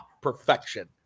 perfection